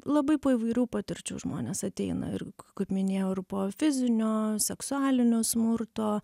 labai po įvairių patirčių žmonės ateina ir kaip minėjau ir po fizinio seksualinio smurto